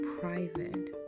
private